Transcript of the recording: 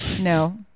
No